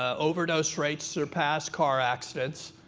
overdose rates surpass car accidents.